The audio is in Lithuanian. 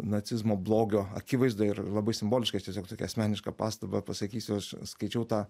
nacizmo blogio akivaizdoj ir labai simboliškai tiesiog tokią asmenišką pastabą pasakysiu aš skaičiau tą